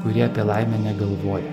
kurie apie laimę negalvoja